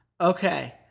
Okay